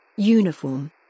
Uniform